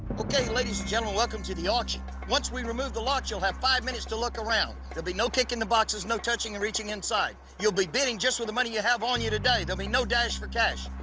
okay, ladies and gentlemen, welcome to the auction. once we remove the locks, you'll have five minutes to look around. there'll be no kicking the boxes, no touching and reaching inside. you'll be bidding just with the money you have on you today. there'll be no dash for cash.